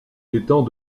étant